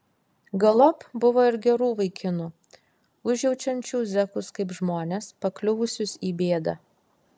galop buvo ir gerų vaikinų užjaučiančių zekus kaip žmones pakliuvusius į bėdą